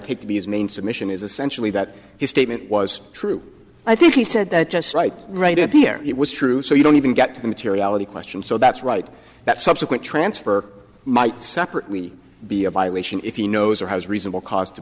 had to be his main submission is essentially that his statement was true i think he said that just right right up here it was true so you don't even get to the materiality question so that's right that subsequent transfer might separately be a violation if he knows or has reasonable cause to